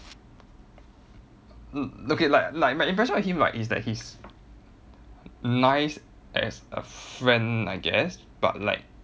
okay like like my impression of him like is that he's nice as a friend I guess but like